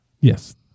Yes